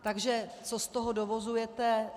Takže co z toho dovozujete?